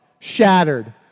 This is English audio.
Shattered